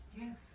Yes